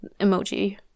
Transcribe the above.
Emoji